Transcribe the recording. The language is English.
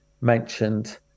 mentioned